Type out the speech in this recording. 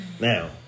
Now